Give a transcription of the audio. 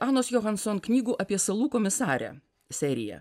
anos johanson knygų apie salų komisarę seriją